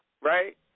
Right